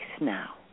now